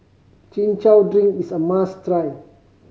Chin Chow drink is a must try